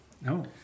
No